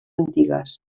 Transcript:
antigues